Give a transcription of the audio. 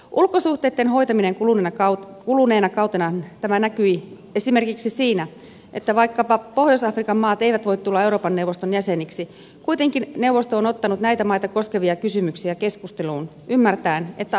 ulkosuhteitten hoitaminen kuluneena kautena näkyi esimerkiksi siinä että vaikka pohjois afrikan maat eivät voi tulla euroopan neuvoston jäseniksi kuitenkin neuvosto on ottanut näitä maita koskevia kysymyksiä keskusteluun ymmärtäen että alueen tilanne vaikuttaa eurooppaan